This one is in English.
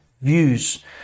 views